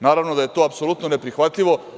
Naravno da je to apsolutno neprihvatljivo.